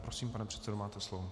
Prosím, pane předsedo, máte slovo.